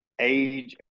age